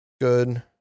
good